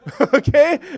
Okay